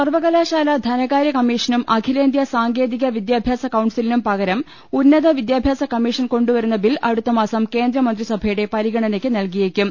സർവ്വകലാശാലാ ധനകാര്യ കമ്മീഷനും അഖിലേന്ത്യാ സാങ്കേ തിക വിദ്യാഭ്യാസ കൌൺസിലിനും പകരം ഉന്നത വിദ്യാഭ്യാസ കമ്മീഷൻ കൊണ്ടു വരുന്ന ബിൽ അടുത്തമാസം കേന്ദ്രമന്ത്രിസ ഭയുടെ പരിഗണനയ്ക്ക് നൽകിയേക്കും